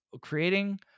creating